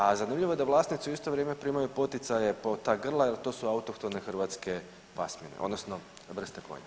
A zanimljivo je da vlasnici u isto vrijeme primaju poticaje po ta grla jer to su autohtone hrvatske pasmine, odnosno vrste konja.